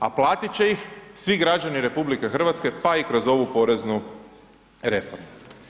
A plati će ih svi građani RH pa i kroz ovu poreznu reformu.